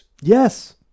Yes